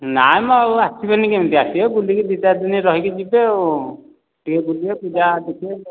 ନାଇଁ ମ ଆଉ ଆସିବେନି କେମିତି ଆସିବେ ବୁଲିକି ଦୁଇ ଚାରି ଦିନ ରହିକି ଯିବେ ଆଉ ଟିକିଏ ବୁଲିବେ ପୂଜା ଦେଖିବେ